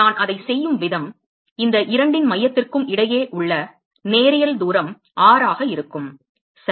நான் அதைச் செய்யும் விதம் இந்த இரண்டின் மையத்திற்கும் இடையே உள்ள நேரியல் தூரம் r ஆக இருக்கும் சரி